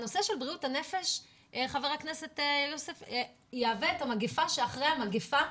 הנושא של בריאות הנפש יהווה את המגפה שאחרי המגפה.